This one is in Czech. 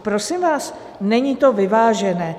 Prosím vás, není to vyvážené.